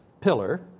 pillar